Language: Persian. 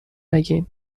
نگین